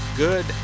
Good